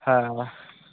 ᱦᱟ ᱵᱟ